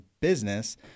business